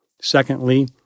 Secondly